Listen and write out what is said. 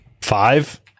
five